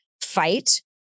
fight